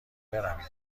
بروید